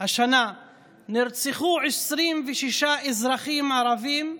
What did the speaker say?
השנה נרצחו 26 אזרחים ערבים,